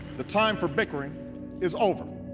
the time for bickering is over.